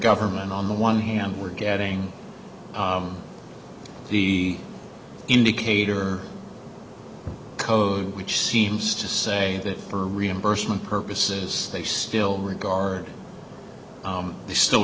government on the one hand we're getting the indicator code which seems to say that for reimbursement purposes they still regard they still